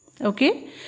Okay